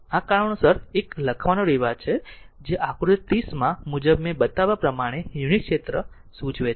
આ કારણોસર 1 લખવાનો રિવાજ છે જે આકૃતિ 30 મુજબ મેં બતાવ્યા પ્રમાણે યુનિટ ક્ષેત્ર સૂચવે છે